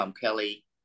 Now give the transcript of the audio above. Kelly